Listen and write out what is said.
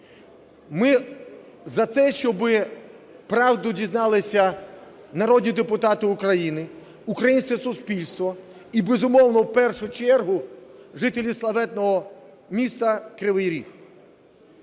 Ми за те, щоби правду дізналися народні депутати України, українське суспільство і, безумовно, в першу чергу жителі славетного міста Кривий Ріг.